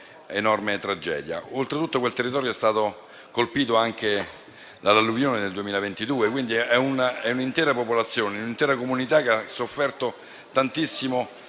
enorme tragedia. Oltretutto, parliamo di un territorio che è stato colpito anche dall'alluvione nel 2022, per cui è un'intera popolazione, un'intera comunità che ha sofferto tantissimo